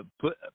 put